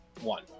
one